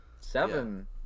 Seven